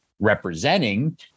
representing